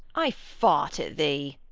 i fart at thee.